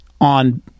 on